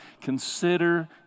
consider